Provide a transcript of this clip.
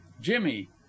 Jimmy